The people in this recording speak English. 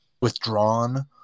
withdrawn